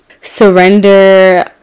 surrender